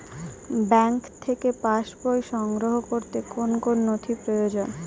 Bank থেকে pass বই সংগ্রহ করতে কোন কোন নথি প্রয়োজন?